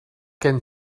gen